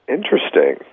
Interesting